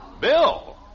Bill